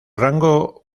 rango